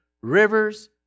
rivers